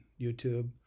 youtube